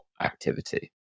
activity